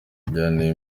byanteye